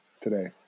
today